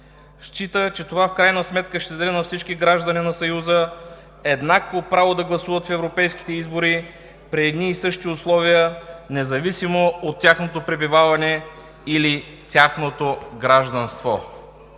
Счита, че това в крайна сметка ще даде на всички граждани на Съюза еднакво право да гласуват в европейските избори при едни и същи условия, независимо от тяхното пребиваване или тяхното гражданство.“